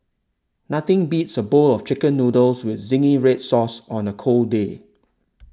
nothing beats a bowl of Chicken Noodles with Zingy Red Sauce on a cold day